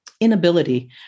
inability